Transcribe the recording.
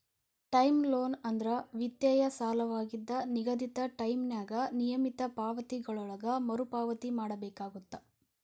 term loan ಅಂದ್ರ ವಿತ್ತೇಯ ಸಾಲವಾಗಿದ್ದ ನಿಗದಿತ ಟೈಂನ್ಯಾಗ ನಿಯಮಿತ ಪಾವತಿಗಳೊಳಗ ಮರುಪಾವತಿ ಮಾಡಬೇಕಾಗತ್ತ